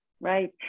Right